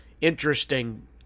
interesting